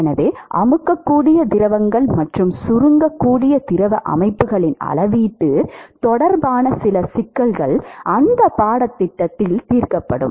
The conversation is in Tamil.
எனவே அமுக்கக்கூடிய திரவங்கள் மற்றும் சுருக்கக்கூடிய திரவ அமைப்புகளின் அளவீடு தொடர்பான சில சிக்கல்கள் அந்த பாடத்திட்டத்தில் தீர்க்கப்படும்